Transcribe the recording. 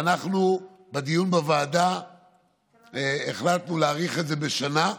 ואנחנו בדיון בוועדה החלטנו להאריך את זה בשנה,